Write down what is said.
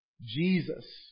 Jesus